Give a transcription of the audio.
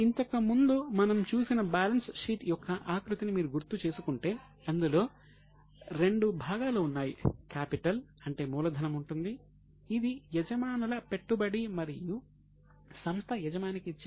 ఇంతకు ముందు మనం చూసిన బ్యాలెన్స్ షీట్ యొక్క ఆకృతిని మీరు గుర్తు చేసుకుంటే అందులో రెండు భాగాలు ఉన్నాయి